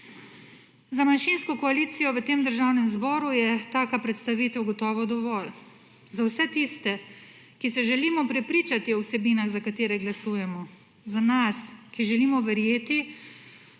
Za manjšinsko koalicijo v Državnem zboru je taka predstavitev gotovo dovolj. Za vse tiste, ki se želimo prepričati o vsebinah za katere glasujemo, za nas, ki želimo verjeti,